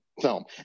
film